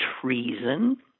treason